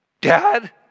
Dad